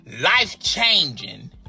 life-changing